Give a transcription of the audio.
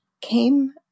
came